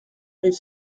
arrive